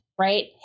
Right